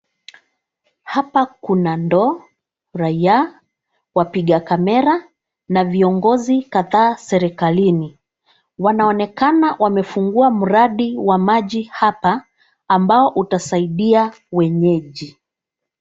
Hapa kuna ndoo, raia, wapiga kamera na viongozi kadhaa serekalini. Wanaonekana wamefungua mradi wa maji hapa ambao utasaidia wenyeji.